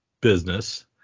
business